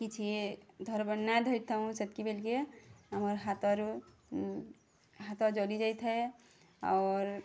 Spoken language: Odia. କିଛି ଧର୍ବେ ନା ଧରି ଥାଉଁ ସେତ୍କି ବେଲ୍କେ ଆମର୍ ହାତରୁ ହାତ ଜଲି ଯାଇଥାଏ ଅର୍